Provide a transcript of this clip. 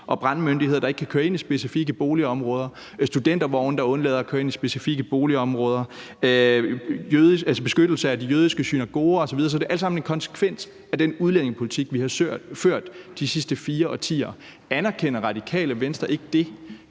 og brandmyndigheder, der ikke kan køre ind i specifikke boligområder, studentervogne, der undlader at køre ind i specifikke boligområder, beskyttelse af de jødiske synagoger osv. Det er alt sammen en konsekvens af den udlændingepolitik, vi har ført de sidste fire årtier. Anerkender Radikale Venstre ikke,